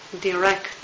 direct